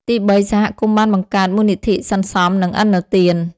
ទីបី សហគមន៍បានបង្កើត មូលនិធិសន្សំ និងឥណទាន។